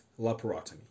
laparotomy